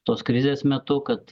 tos krizės metu kad